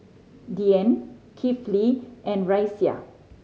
Dian Kifli and Raisya